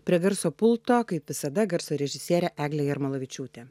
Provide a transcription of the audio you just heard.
prie garso pulto kaip visada garso režisierė eglė jarmalavičiūtė